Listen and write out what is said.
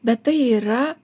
bet tai yra